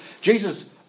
Jesus